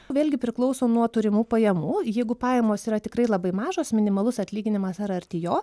vėlgi priklauso nuo turimų pajamų jeigu pajamos yra tikrai labai mažos minimalus atlyginimas ar arti jo